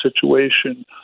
situation